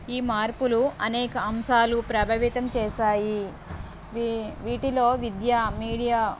ఈ మార్పులు అనేక అంశాలు ప్రభావితం చేశాయి వీ వీటిలో విద్యా మీడియా